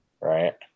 Right